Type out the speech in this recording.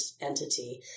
entity